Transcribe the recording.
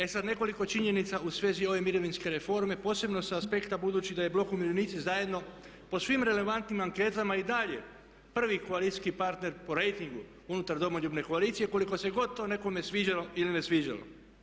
E sad nekoliko činjenica u svezi ove mirovinske reforme posebno sa aspekta budući da je „Blok umirovljenici zajedno“ po svim relevantnim anketama i dalje prvi koalicijski partner po rejtingu unutar Domoljubne koalicije koliko se god to nekome sviđalo ili ne sviđalo.